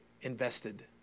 invested